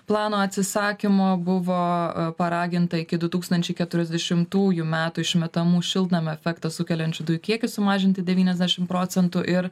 plano atsisakymo buvo paraginta iki du tūkstančiai keturiasdešimtųjų metų išmetamų šiltnamio efektą sukeliančių dujų kiekį sumažinti devyniasdešim procentų ir